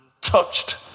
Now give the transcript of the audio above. touched